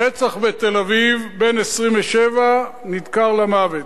רצח בתל-אביב, בן 27 נדקר למוות,